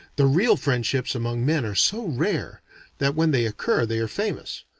the real friendships among men are so rare than when they occur they are famous.